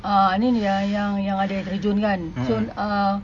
uh ni ni yang yang ada air terjun kan so err